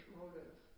motive